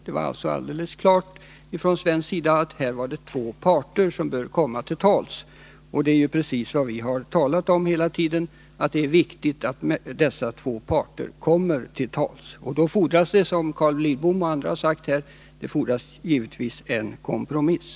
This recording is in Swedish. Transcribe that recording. Det var alltså ett alldeles klart önskemål från svensk sida att de båda parterna bör komma till tals med varandra, och det är precis vad vi hela tiden har eftersträvat. Det är viktigt att dessa två parter kommer till tals. För att det skall bli möjligt fordras det givetvis — som Carl Lidbom och andra här har sagt — en kompromiss.